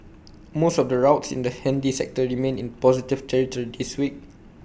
most of the routes in the handy sector remained in positive territory this week